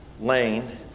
lane